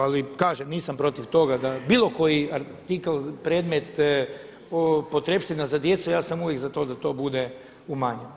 Ali kažem nisam protiv toga da bilo koji artikl, predmet, potrepština za djecu ja sam uvijek za to da to bude umanjeno.